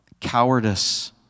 cowardice